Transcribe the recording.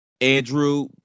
andrew